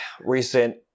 recent